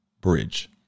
bridge